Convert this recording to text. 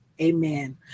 amen